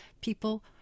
people